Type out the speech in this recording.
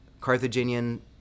Carthaginian